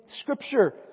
Scripture